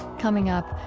coming up,